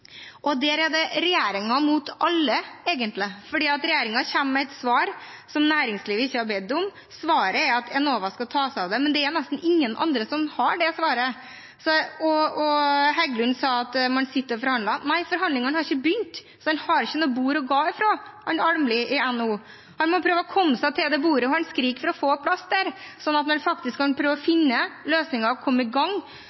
Der er det regjeringen mot alle, egentlig, for regjeringen kommer med et svar som næringslivet ikke har bedt om. Svaret er at Enova skal ta seg av det, men det er nesten ingen andre som har det svaret. Representanten Stefan Heggelund sa at man sitter og forhandler. Nei, forhandlingene har ikke begynt, så Ole Erik Almlid i NHO har ikke noe bord å gå fra. Han må prøve å komme seg til det bordet, og han skriker for å få plass der, slik at man faktisk kan prøve å